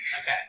Okay